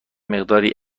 مقداری